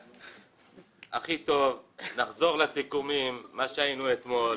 הכי טוב לחזור לסיכום כמו שהיה אתמול,